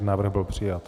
Návrh byl přijat.